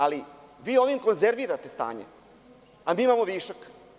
Ali, vi ovim konzervirate stanje, a mi imamo višak.